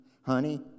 honey